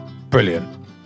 Brilliant